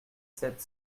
sept